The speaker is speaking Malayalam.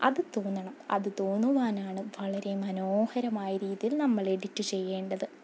അത് തോന്നണം അത് തോന്നുവാനാണ് വളരെ മനോഹരമായ രീതിയിൽ നമ്മൾ എഡിറ്റ് ചെയ്യേണ്ടത്